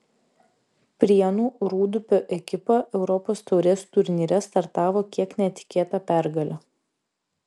prienų rūdupio ekipa europos taurės turnyre startavo kiek netikėta pergale